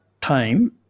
time